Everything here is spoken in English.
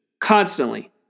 constantly